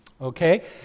Okay